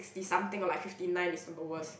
-ty or like fifty nine is the lowest